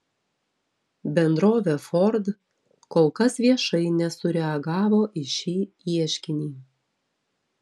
bendrovė ford kol kas viešai nesureagavo į šį ieškinį